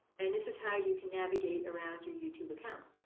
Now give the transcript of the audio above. and this is how you can navigate around your youtube account.